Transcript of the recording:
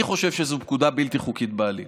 אני חושב שזו פקודה בלתי חוקית בעליל.